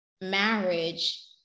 marriage